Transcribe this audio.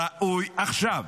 ראוי עכשיו